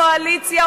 קואליציה,